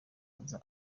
aza